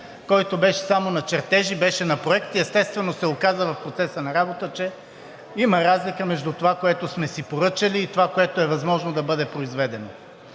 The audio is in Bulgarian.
който беше само на чертежи, беше на проект и естествено, се оказа в процеса на работа, че има разлика между това, което сме си поръчали, и това, което е възможно да бъде произведено.